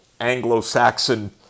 Anglo-Saxon